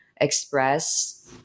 Express